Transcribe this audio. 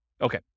okay